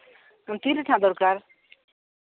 ᱛᱤ ᱨᱮᱪᱚ ᱫᱚᱨᱠᱟᱨ